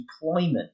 deployment